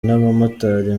n’abamotari